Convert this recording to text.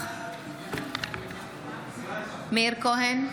נוכח מאיר כהן,